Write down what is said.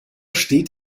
steht